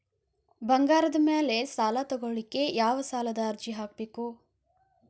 ಬಂಗಾರದ ಮ್ಯಾಲೆ ಸಾಲಾ ತಗೋಳಿಕ್ಕೆ ಯಾವ ಸಾಲದ ಅರ್ಜಿ ಹಾಕ್ಬೇಕು?